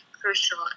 crucial